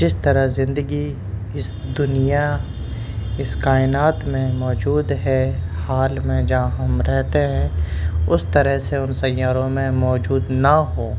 جس طرح زندگی اس دنیا اس كائنات میں موجود ہے حال میں جہاں ہم رہتے ہیں اس طرح سے ان سیاروں میں موجود نہ ہو